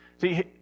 See